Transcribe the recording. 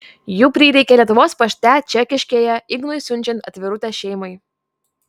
jų prireikė lietuvos pašte čekiškėje ignui siunčiant atvirutę šeimai